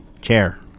Chair